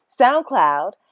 SoundCloud